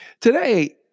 today